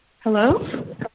hello